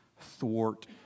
thwart